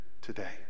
today